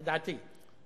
לדעתי.